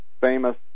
famous